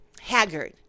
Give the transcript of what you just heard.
haggard